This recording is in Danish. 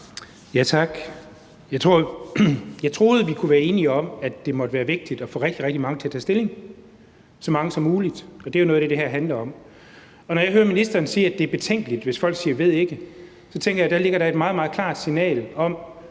Jeg troede, vi kunne være enige om, at det måtte være vigtigt at få rigtig, rigtig mange til at tage stilling, så mange som muligt, og det er jo noget af det, det her handler om. Og når jeg hører ministeren sige, at det er betænkeligt, hvis folk svarer »ved ikke«, vil jeg sige, at jeg da tænker, at der ligger et meget, meget klart signal i